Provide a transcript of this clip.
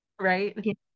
Right